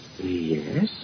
Yes